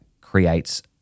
creates –